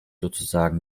sozusagen